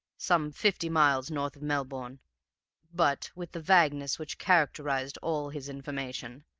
some fifty miles north of melbourne but, with the vagueness which characterized all his information,